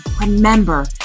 remember